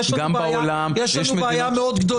גם בעולם --- יש לנו בעיה מאוד גדולה.